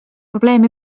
probleem